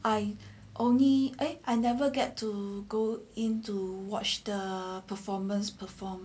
I only I I never get to go in to watch the performers perform